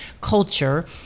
culture